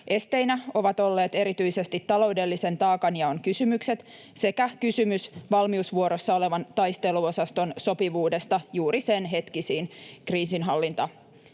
Esteinä ovat olleet erityisesti taloudellisen taakanjaon kysymykset sekä kysymys valmiusvuorossa olevan taisteluosaston sopivuudesta juuri senhetkisiin kriisinhallintatehtäviin.